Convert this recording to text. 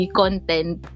content